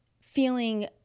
feeling